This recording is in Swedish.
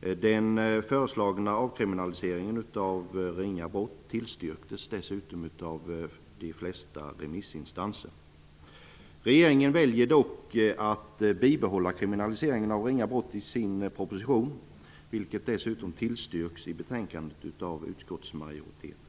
Den föreslagna avkriminaliseringen av ringa brott tillstyrktes dessutom av de flesta remissinstanser. Regeringen väljer dock att bibehålla kriminaliseringen av ringa brott i sin proposition, och det tillstyrks dessutom i betänkandet av utskottsmajoriteten.